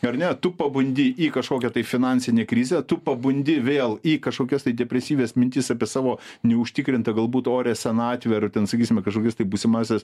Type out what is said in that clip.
ar ne tu pabundi į kažkokią finansinę krizę tu pabundi vėl į kažkokias tai depresyvias mintis apie savo neužtikrintą galbūt orią senatvę ar ten sakysime kažkokius tai būsimąsias